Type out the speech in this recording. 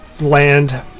land